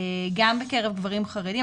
גם בקרב גברים חרדים,